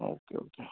okay okay